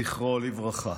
זיכרונו לברכה.